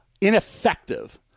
ineffective